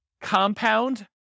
compound